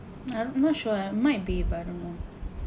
I'm not sure might be but I don't know